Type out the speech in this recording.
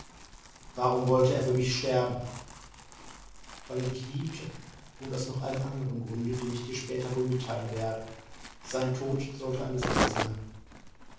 warum wollte er für mich sterben weil er dich liebte und aus noch einem anderen grunde den ich dir später wohl mitteilen werde sein tod sollte eine sühne sein